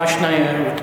מה שאני רוצה.